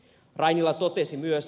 rainiala totesi myös